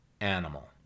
animal